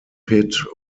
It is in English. pit